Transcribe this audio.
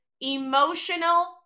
Emotional